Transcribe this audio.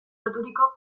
loturiko